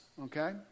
okay